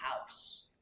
house